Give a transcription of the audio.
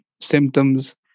symptoms